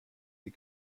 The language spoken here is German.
ihr